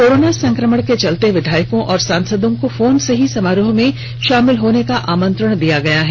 corona संक्रमण के चलते विद्यायकों और सांसदों को फोन से ही समारोह में शामिल होने का आमंत्रण दिया गया है